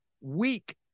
weak